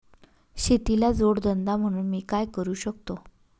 शेतीला जोड धंदा म्हणून मी काय करु शकतो?